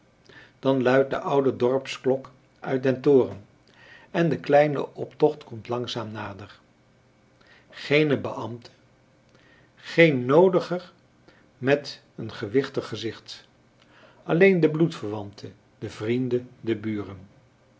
dan luidt de oude dorpsklok uit den toren en de kleine optocht komt langzaam nader geene beambten geen noodiger met een gewichtig gezicht alleen de bloedverwanten de vrienden de buren